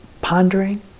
pondering